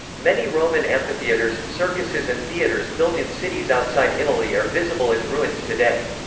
many roman amphitheatres, circuses and theatres built in cities outside italy are visible as ruins today.